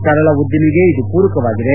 ಸರಳ ಉದ್ದಿಮೆಗೆ ಇದು ಪೂರಕವಾಗಿದೆ